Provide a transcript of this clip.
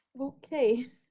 Okay